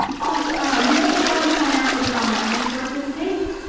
ah so ah and the other thing i wanted to point out is on that resources page.